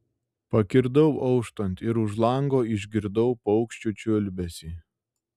pakirdau auštant ir už lango išgirdau paukščių čiulbesį